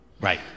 Right